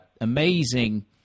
amazing